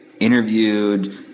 interviewed